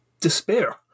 despair